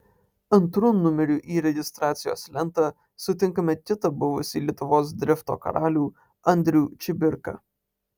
antru numeriu į registracijos lentą sutinkame kitą buvusį lietuvos drifto karalių andrių čibirką